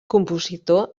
compositor